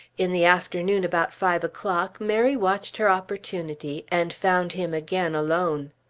in the afternoon about five o'clock mary watched her opportunity and found him again alone.